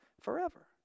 forever